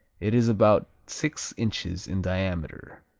it is about six inches in diameter.